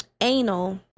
anal